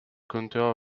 counter